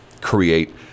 create